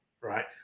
right